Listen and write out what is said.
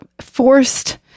forced